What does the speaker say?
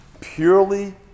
purely